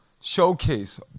showcase